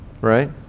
Right